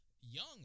young